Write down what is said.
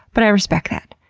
but i respect that!